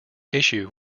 issue